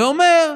ואומר,